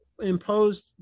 imposed